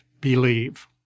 believe